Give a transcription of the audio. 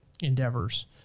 endeavors